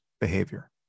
behavior